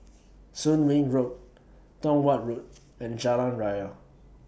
Soon Wing Road Tong Watt Road and Jalan Raya